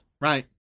right